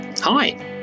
Hi